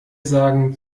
sagen